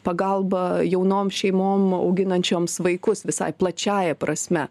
pagalba jaunom šeimom auginančioms vaikus visai plačiąja prasme